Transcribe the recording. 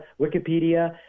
Wikipedia